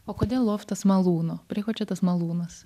o kodėl loftas malūno prie ko čia tas malūnas